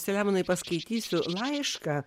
saliamonai paskaitysiu laišką